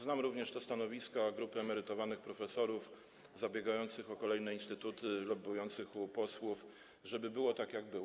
Znam również te stanowiska grupy emerytowanych profesorów, zabiegających o kolejne instytuty, lobbujących u posłów, żeby było tak, jak było.